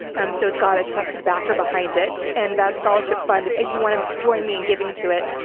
um, so it's got a trusted backer behind it and that scholarship fund, if if you want to join me in giving to it,